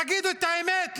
תגידו את האמת לאזרחים,